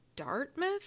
Dartmouth